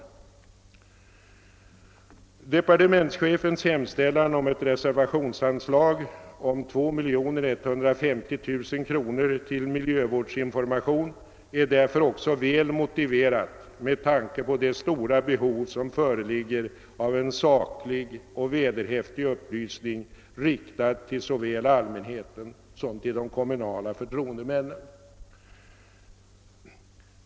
Departementschefens hemställan om ett reservationsanslag om 2150 000 kr. till miljövårdsinformation är därför också väl motiverat med tanke på det stora behov som föreligger av en saklig och vederhäftig upplysning riktad till såväl allmänheten som till de kommunala förtroendemännen.